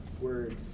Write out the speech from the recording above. word